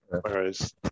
whereas